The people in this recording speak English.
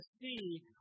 see